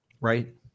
Right